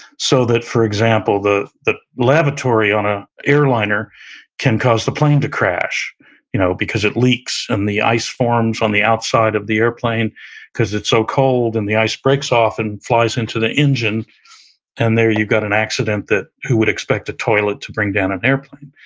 so that for example, the the lavatory on a airliner can cause the plane to crash you know because it leaks, and the ice forms on the outside of the airplane cause it's so cold, and the ice breaks off, and flies into the engine and there you got an accident that who would expect a toilet to bring down an airplane.